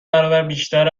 برابربیشتر